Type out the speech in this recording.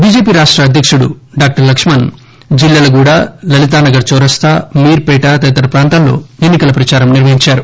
BJP రాష్ట అధ్యకుడు doctor Laxman Jillelaguda Lalithanagar చౌరాస్తా మీర్ పేట తదితర ప్రాంతాల్లో ఎన్ని కల ప్రదారం నిర్వహించారు